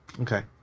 Okay